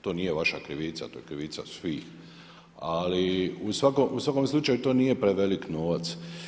To nije vaša krivica, to je krivica svih, ali u svakom slučaju to nije prevelik novac.